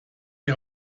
die